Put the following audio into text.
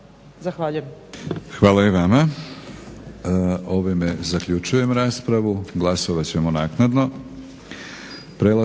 Zahvaljujem.